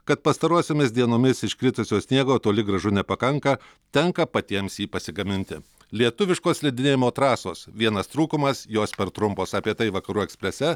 kad pastarosiomis dienomis iškritusio sniego toli gražu nepakanka tenka patiems jį pasigaminti lietuviškos slidinėjimo trasos vienas trūkumas jos per trumpos apie tai vakarų eksprese